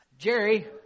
Jerry